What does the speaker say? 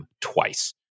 twice